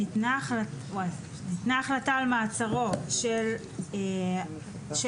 ניתנה החלטה על מעצרו של המפוקח,